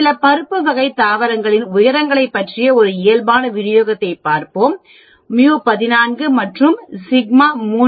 சில பருப்பு வகை தாவரங்களின் உயரங்களை பற்றிய இயல்பான விநியோகத்தை பார்ப்போம் μ 14 மற்றும் σ 3